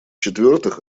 четвертых